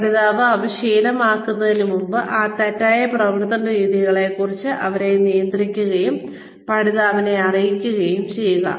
പഠിതാവ് അവ ശീലമാക്കുന്നതിന് മുമ്പ് ഈ തെറ്റായ പ്രവർത്തന രീതികളെക്കുറിച്ച് അവരെ നിയന്ത്രിക്കുകയും പഠിതാവിനെ അറിയിക്കുകയും ചെയ്യുക